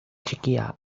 txikia